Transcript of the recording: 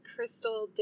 Crystal